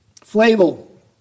Flavel